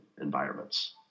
environments